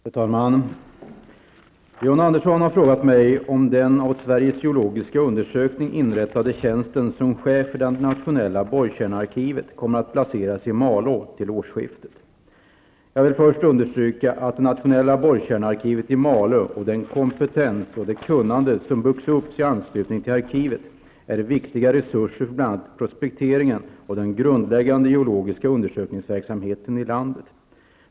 Fru talman! John Andersson har frågat mig om den av Sveriges geologiska undersökning inrättade tjänsten som chef för det nationella borrkärnearkivet kommer att placeras i Malå till årsskiftet. Jag vill först understryka att det nationella borrkärnearkivet i Malå och den kompetens och det kunnande som byggs upp i anslutning till arkivet är viktiga resurser för bl.a. prospekteringen och den grundläggande geologiska undersökningsverksamheten i landet.